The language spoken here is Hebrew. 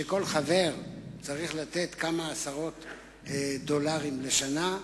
כל חבר צריך לתת כמה עשרות דולרים לשנה,